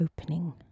opening